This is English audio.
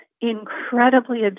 incredibly